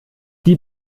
die